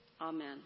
Amen